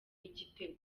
igitego